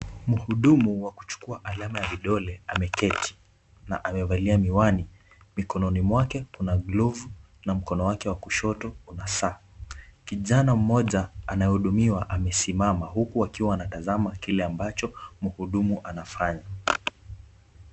Mhudumu wa kuchukua alama ya vidole ameketi, na amevalia miwani mikononi mwake kuna glovu na mkono wake wa kushoto una saa. Kijana mmoja anayehudumiwa amesimama huku akiwa anatazama kile ambacho mhudumu anafanya.